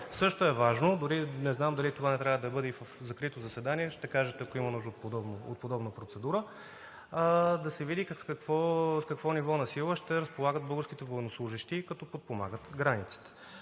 Също е важно, дори не знам дали това не трябва да бъде и в закрито заседание – ще кажете, ако има нужда от подобна процедура, да се види с какво ниво на сигурност ще разполагат българските военнослужещи, като подпомагат границата?